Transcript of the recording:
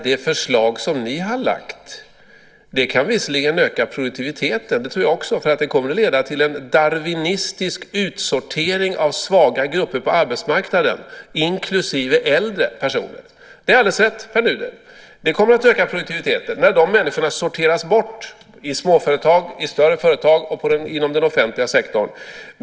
Det förslag som ni har lagt fram kan visserligen öka produktiviteten. Det tror jag också. Det kommer att leda till en darwinistisk utsortering av svaga grupper på arbetsmarknaden, inklusive äldre personer. Det är alldeles rätt, Pär Nuder. Det kommer att öka produktiviteten när de människorna sorteras bort i småföretag, i större företag och inom den offentliga sektorn.